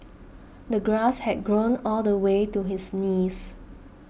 the grass had grown all the way to his knees